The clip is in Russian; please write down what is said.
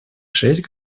шесть